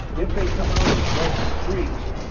if they come out as red streaks,